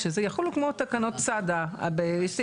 כשנדון בתיקון לסעיף 109(א).